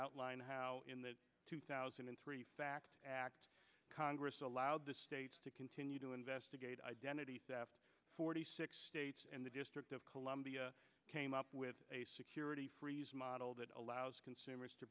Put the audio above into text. outline how in the two thousand and three fact congress allowed the states to continue to investigate identity theft forty six states and the district of columbia came up with a security model that allows consumers to